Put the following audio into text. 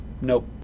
nope